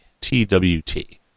T-W-T